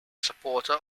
supporter